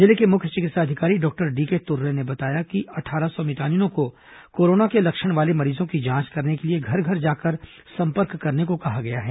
जिले के मुख्य चिकित्सा अधिकारी डॉक्टर डी के तुर्रे ने बताया कि अट्ठारह सौ मितानिनों को कोरोना के लक्षण वाले मरीजों की जांच करने के लिए घर घर जाकर संपर्क करने को कहा गया है